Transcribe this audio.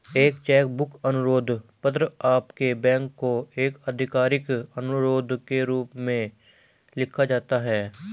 एक cheque book अनुरोध पत्र आपके बैंक को एक आधिकारिक अनुरोध के रूप में लिखा जाता है